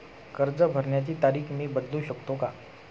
कर्ज भरण्याची तारीख मी बदलू शकतो का?